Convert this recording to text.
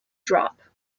drop